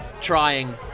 trying